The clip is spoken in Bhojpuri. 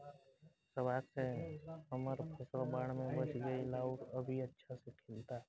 सौभाग्य से हमर फसल बाढ़ में बच गइल आउर अभी अच्छा से खिलता